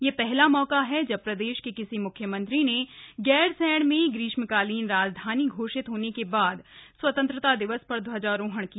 यह पहला मौका है जब प्रदेश के किसी मुख्यमंत्री ने गैरसैंण में ग्रीष्मकालीन राजधानी घोषित होने के बाद स्वतंत्रता दिवस पर ध्वजारोहण किया